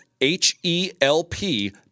H-E-L-P